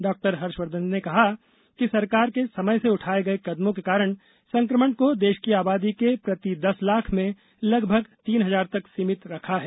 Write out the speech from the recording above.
डॉ हर्षवर्धन ने कहा कि सरकार के समय से उठाये गये कदमों के कारण संक्रमण को देश की आबादी के प्रति दस लाख में लगभग तीन हजार तक सीमित रखा है